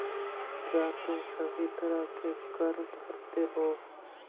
क्या तुम सभी तरह के कर भरते हो?